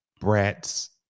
brats